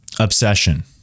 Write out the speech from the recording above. Obsession